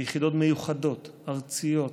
ביחידות מיוחדות, ארציות,